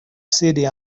city